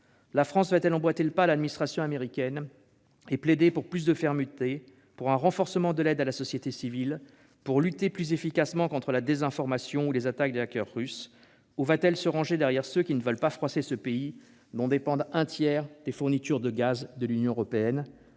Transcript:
La France va-t-elle emboîter le pas à l'administration américaine et plaider pour plus de fermeté, pour un renforcement de l'aide à la société civile, pour lutter plus efficacement contre la désinformation ou les attaques des hackers russes ? Va-t-elle au contraire se ranger derrière ceux qui ne veulent pas froisser ce pays, dont dépendent un tiers des fournitures de gaz de l'Union européenne,